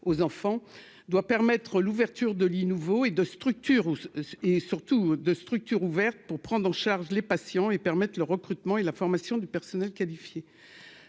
aux enfants, doit permettre l'ouverture de lits nouveaux et de structures où et surtout de structure ouverte pour prendre en charge les patients et permettent le recrutement et la formation du personnel qualifié,